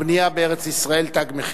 לבנייה בישראל תג מחיר,